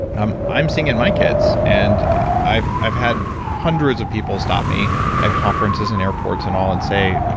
i'm i'm seeing in my kids and i've i've had hundreds of people stop me at conferences and airports and all and say,